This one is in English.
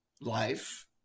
life